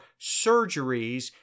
surgeries